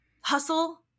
hustle